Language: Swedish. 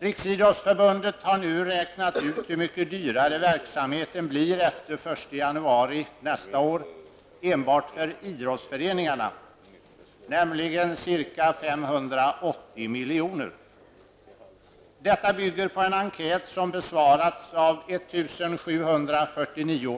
Riksidrottsförbundet har nu räknat ut hur mycket dyrare verksamheten blir efter den 1 januari nästa år enbart för idrottsföreningarna -- ca 580 miljoner.